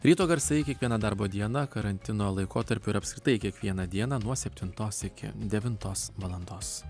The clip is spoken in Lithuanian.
ryto garsai kiekvieną darbo dieną karantino laikotarpiu ir apskritai kiekvieną dieną nuo septintos iki devintos valandos